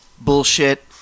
bullshit